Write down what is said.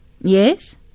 Yes